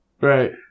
Right